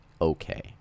okay